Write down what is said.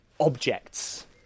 objects